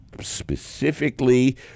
specifically